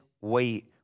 wait